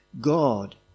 God